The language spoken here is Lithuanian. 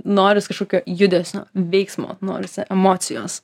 norisi kažkokio judesio veiksmo norisi emocijos